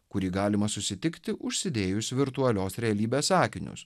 kurį galima susitikti užsidėjus virtualios realybės akinius